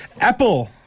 Apple